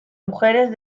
mujeres